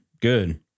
good